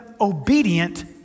obedient